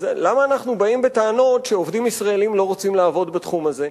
אז למה אנחנו באים בטענות שעובדים ישראלים לא רוצים לעבוד בתחום הזה,